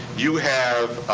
you have.